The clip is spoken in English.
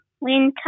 Winter